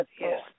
Yes